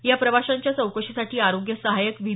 या प्रवाशांच्या चौकशीसाठी आरोग्य सहाय्यक व्ही